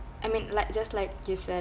I mean like just like you said